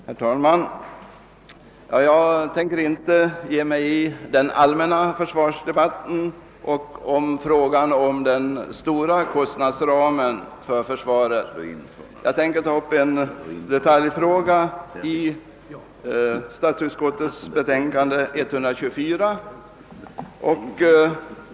Herr talman! Jag tänker inte ge mig in på den allmänna försvarsdebatten och frågan om den stora kostnadsramen för försvaret utan tänker ta upp en detaljfråga i statsutskottets utlåtande nr 124.